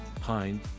pine